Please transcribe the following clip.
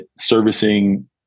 servicing